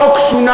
החוק שונה,